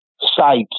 sites